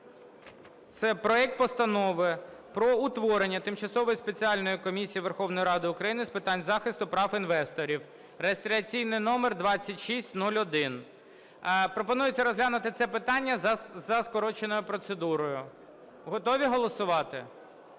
це проект Постанови про утворення Тимчасової спеціальної комісії Верховної Ради України з питань захисту прав інвесторів (реєстраційний номер 2601). Пропонується розглянути це питання за скороченою процедурою. Готові голосувати?